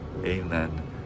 Amen